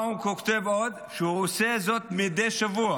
מה עוד הוא כותב, שהוא עושה זאת מדי שבוע